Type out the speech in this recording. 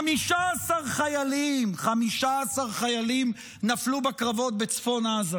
15 חיילים, 15 חיילים נפלו בקרבות בצפון עזה